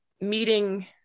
meeting